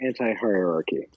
anti-hierarchy